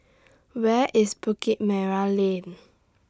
Where IS Bukit Merah Lane